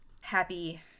happy